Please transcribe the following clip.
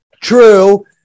True